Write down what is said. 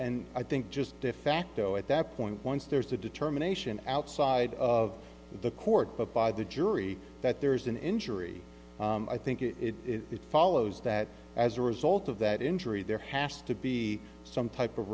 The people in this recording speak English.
and i think just defacto at that point once there's a determination outside of the court but by the jury that there is an injury i think it it follows that as a result of that injury there has to be some type of